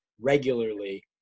regularly